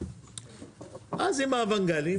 אז עם האנווגלים,